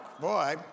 boy